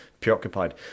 preoccupied